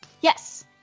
Yes